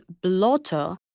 blotter